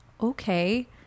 okay